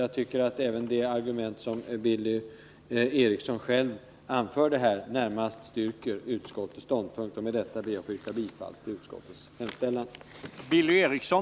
Jag tycker att de argument som Billy Eriksson själv anförde här närmast stöder utskottets ståndpunkt. Med detta ber jag att få yrka bifall till utskottets hemställan.